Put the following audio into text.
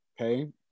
Okay